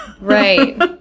Right